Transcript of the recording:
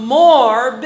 more